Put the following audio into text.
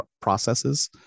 processes